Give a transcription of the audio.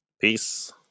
peace